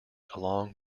along